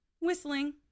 whistling